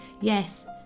Yes